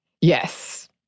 Yes